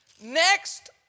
next